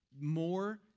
more